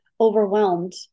overwhelmed